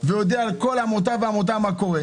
ויודע על כל עמותה מה קורה.